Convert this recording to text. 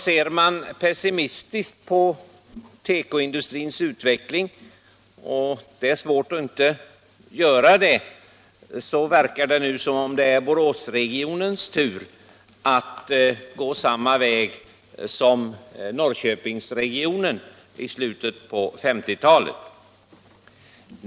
Ser man pessimistiskt på tekoindustrins utveckling — och det är svårt att inte göra det — verkar det som om det nu är Boråsregionens tur att gå samma väg som Norrköpingsregionen gjorde i slutet på 1950 talet.